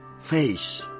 face